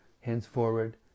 henceforward